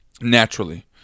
Naturally